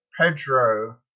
Pedro